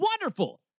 wonderful